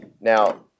Now